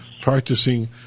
practicing